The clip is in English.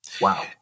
Wow